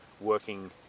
working